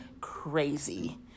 crazy